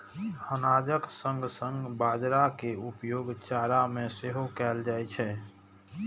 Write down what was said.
अनाजक संग संग बाजारा के उपयोग चारा मे सेहो कैल जाइ छै